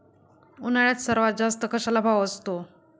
उन्हाळ्यात सर्वात जास्त कशाला भाव असतो?